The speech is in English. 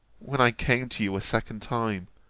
when i came to you a second time,